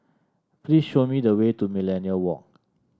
please show me the way to Millenia Walk